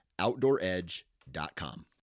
OutdoorEdge.com